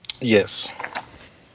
Yes